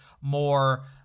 more